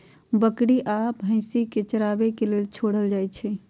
बकरी गाइ आ भइसी के चराबे के लेल छोड़ल जाइ छइ